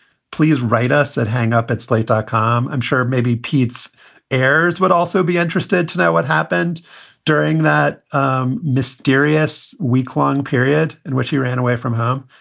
please write us at hang up at slate dot com. i'm sure maybe pete's heirs would also be interested to know what happened during that um mysterious weeklong period in which he ran away from home.